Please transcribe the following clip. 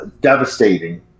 devastating